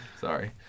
Sorry